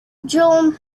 gradual